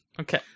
Okay